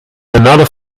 another